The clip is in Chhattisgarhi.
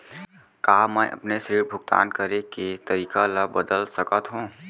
का मैं अपने ऋण भुगतान करे के तारीक ल बदल सकत हो?